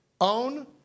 own